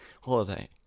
holiday